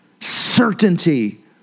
certainty